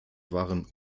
waren